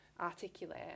articulate